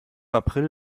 april